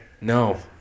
No